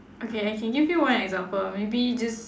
okay I can give you one example maybe just